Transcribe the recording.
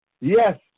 yes